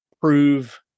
prove